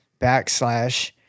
backslash